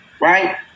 right